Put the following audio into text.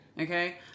Okay